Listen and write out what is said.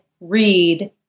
read